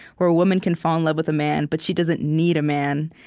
where a woman can fall in love with a man, but she doesn't need a man.